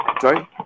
Sorry